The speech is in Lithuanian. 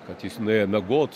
kad jis nuėjo miegot